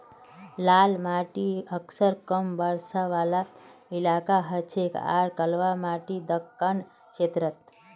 लाल माटी अक्सर कम बरसा वाला इलाकात हछेक आर कलवा माटी दक्कण क्षेत्रत